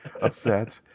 upset